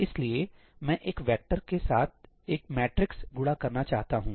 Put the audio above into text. इसलिए मैं एक वेक्टरके साथ एक मैट्रिक्स गुणा करना चाहता हूं